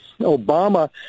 Obama